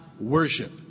worship